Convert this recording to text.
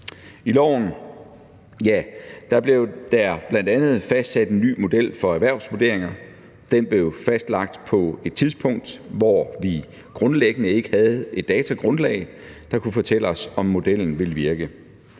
I loven blev der bl.a. fastsat en ny model for erhvervsvurderinger. Den blev fastlagt på et tidspunkt, hvor vi grundlæggende ikke havde et datagrundlag, der kunne fortælle os, om modellen ville virke.